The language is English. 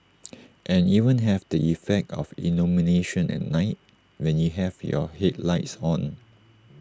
and even have the effect of illumination at night when you have your headlights on